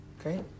okay